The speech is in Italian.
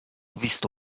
visto